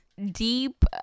Deep